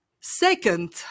Second